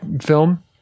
film